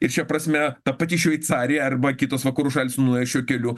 ir šia prasme ta pati šveicarija arba kitos va kuros šalys nuėjo šiuo kelių